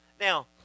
Now